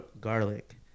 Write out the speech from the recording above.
garlic